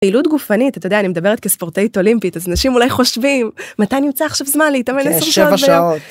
פעילות גופנית, אתה יודע, אני מדברת כספורטאית אולימפית, אז אנשים אולי חושבים מתי נמצא עכשיו זמן להתאמן 10 שעות. 7 שעות.